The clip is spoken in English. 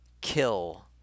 kill